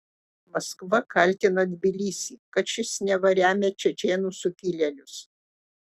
maskva kaltina tbilisį kad šis neva remia čečėnų sukilėlius